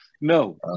No